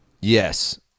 yes